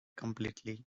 completely